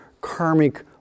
karmic